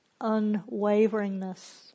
unwaveringness